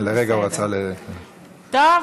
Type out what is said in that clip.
כן, לרגע, הוא רצה, טוב.